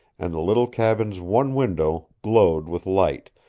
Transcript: and the little cabin's one window glowed with light,